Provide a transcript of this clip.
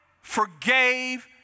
forgave